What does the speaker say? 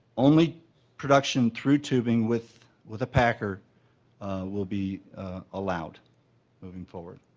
only production through tubing with with a packer will be allowed moving forward.